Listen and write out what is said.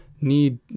need